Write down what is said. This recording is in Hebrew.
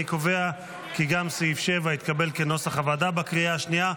אני קובע כי גם סעיף 7 התקבל כנוסח הוועדה בקריאה השנייה.